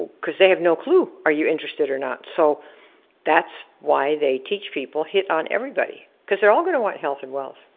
cause they have no clue, are you interested or not. so that's why they teach people hit on everybody. cause they're all gonna want health and wealth,